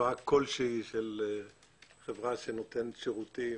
השוואה כלשהי של חברה שנותנת שירותים